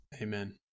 Amen